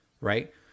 Right